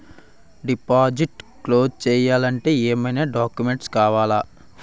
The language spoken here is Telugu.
డిపాజిట్ క్లోజ్ చేయాలి అంటే ఏమైనా డాక్యుమెంట్స్ కావాలా?